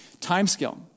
Timescale